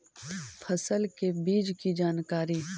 फसल के बीज की जानकारी?